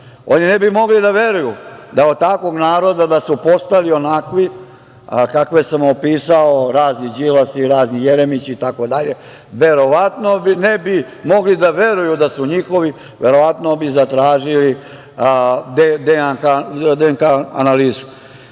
Oni ne bi mogli da veruju da od takvog naroda su postali onakvi kakve sam opisao, razni Đilasi, razni Jeremići, itd. Verovatno ne bi mogli da veruju da su njihovi i verovatno bi zatražili DNK analizu. Dame